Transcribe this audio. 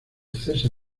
cese